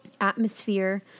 atmosphere